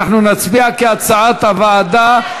נצביע כהצעת הוועדה.